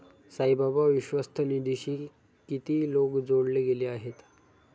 साईबाबा विश्वस्त निधीशी किती लोक जोडले गेले आहेत?